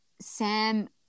sam